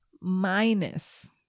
Minus